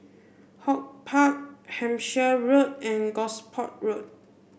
HortPark Hampshire Road and Gosport Road